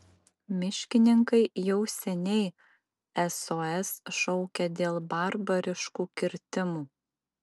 miškininkai jau seniai sos šaukia dėl barbariškų kirtimų